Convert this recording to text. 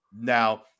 Now